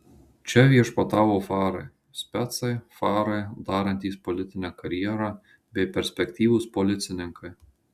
čia viešpatavo farai specai farai darantys politinę karjerą bei perspektyvūs policininkai